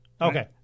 Okay